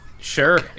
Sure